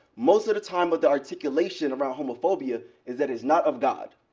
most of the time with the articulation around homophobia is that it's not of god.